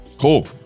Cool